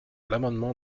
l’amendement